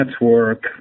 network